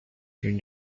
during